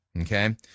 Okay